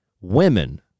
women